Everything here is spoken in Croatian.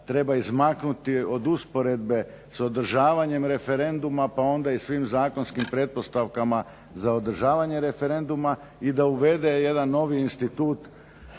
treba izmaknuti od usporedbe s održavanjem referenduma pa onda i svim zakonskim pretpostavkama za održavanje referenduma i da uvede jedan novi institut